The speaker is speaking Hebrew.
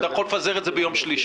אתה יכול לפזר את זה ביום שלישי.